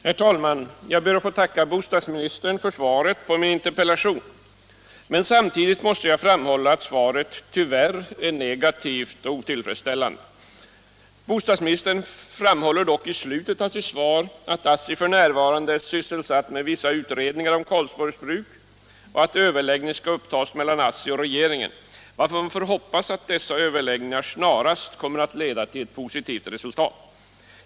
Herr talman! Jag ber att få tacka fru bostadsministern för svaret. Men samtidigt måste jag framhålla att svaret tyvärr är negativt och otillfredsställande. Bostadsministern framhåller dock i slutet av sitt svar att ASSI f.n. är sysselsatt med vissa utredningar om Karlsborgs Bruk och att överläggningar skall upptas mellan ASSI och regeringen, varför man får hoppas att dessa överläggningar snarast kommer att leda till positivt resultat.